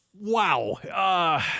wow